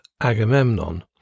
Agamemnon